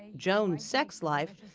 joan's sex life,